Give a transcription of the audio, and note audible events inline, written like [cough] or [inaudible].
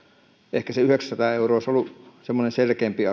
ehkä se yhdeksänsataa euroa olisi ollut semmoinen selkeämpi [unintelligible]